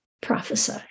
prophesy